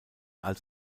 als